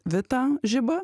vitą žibą